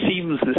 seems